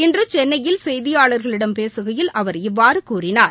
இன்று சென்னையில் செய்தியாளர்களிடம் பேசுகையில் அவர் இவ்வாறு கூறினார்